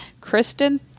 kristen